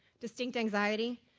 distinct anxiety?